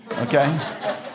okay